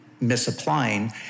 misapplying